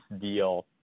deal